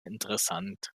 interessant